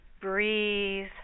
breathe